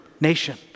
nation